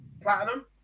platinum